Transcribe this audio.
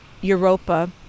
Europa